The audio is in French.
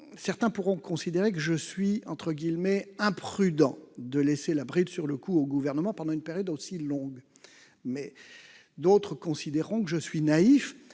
Certains pourront considérer que je suis « imprudent » de vouloir laisser la bride sur le cou au Gouvernement pendant une période aussi longue. D'autres me trouveront naïf,